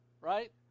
right